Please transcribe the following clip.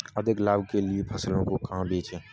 अधिक लाभ के लिए फसलों को कहाँ बेचें?